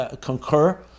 concur